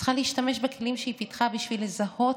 צריכה להשתמש בכלים שהיא פיתחה בשביל לזהות